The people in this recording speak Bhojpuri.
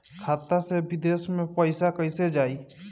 खाता से विदेश मे पैसा कईसे जाई?